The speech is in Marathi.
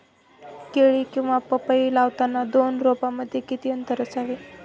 केळी किंवा पपई लावताना दोन रोपांमध्ये किती अंतर असावे?